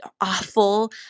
awful